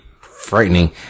frightening